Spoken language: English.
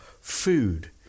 food